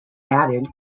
added